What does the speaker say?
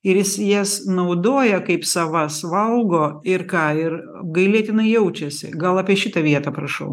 ir jis jas naudoja kaip savas valgo ir ką ir apgailėtinai jaučiasi gal apie šitą vietą prašau